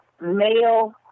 male